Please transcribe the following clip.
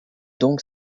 donc